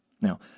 Now